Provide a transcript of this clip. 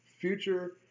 future